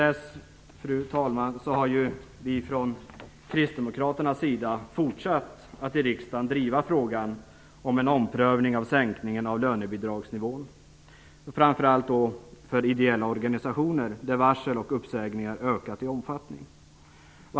Sedan dess har vi kristdemokrater fortsatt med att i riksdagen driva frågan om en omprövning av sänkningen av lönebidragsnivån, framför allt för ideella organisationer där varsel och uppsägningar ökat i omfattning.